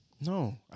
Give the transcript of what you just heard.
No